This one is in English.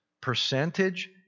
percentage